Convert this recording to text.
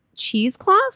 cheesecloth